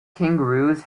kangaroos